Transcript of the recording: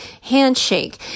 handshake